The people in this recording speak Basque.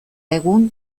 egun